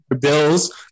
bills